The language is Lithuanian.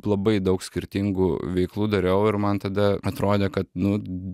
labai daug skirtingų veiklų dariau ir man tada atrodė kad nu